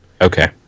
okay